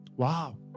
Wow